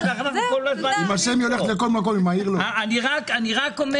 אני רק אומר